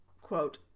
quote